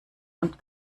und